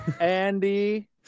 andy